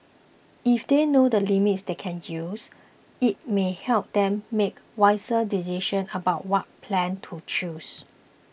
if they know the limits they can use it may help them make wiser decisions about what plan to choose